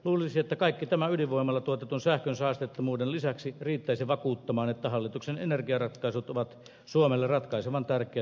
luulisi että kaikki tämä ydinvoimalla tuotetun sähkön saasteettomuuden lisäksi riittäisi vakuuttamaan että hallituksen energiaratkaisut ovat suomelle ratkaisevan tärkeät ja hyödylliset